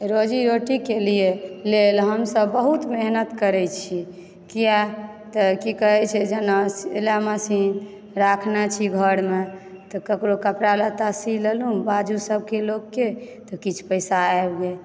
रोजी रोटीके लिय लेल हमसभ बहुत मेहनत करैत छी किआ तऽ की कहय छै जेना सिलाइ मशीन राखने छी घरमे तऽ ककरो कपड़ा लत्ता सी लेलहुँ बाजूसभके लोकके तऽ किछु पैसा आबि गेल